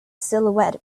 silhouette